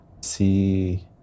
see